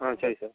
ஆ சரி சார்